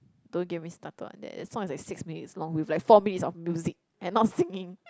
don't give me started about that that song is like six minutes long with like four minutes of music and not singing